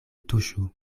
tuŝu